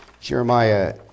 Jeremiah